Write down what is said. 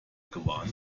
gewarnt